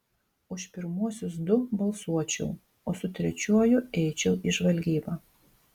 už pirmuosius du balsuočiau o su trečiuoju eičiau į žvalgybą